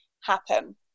happen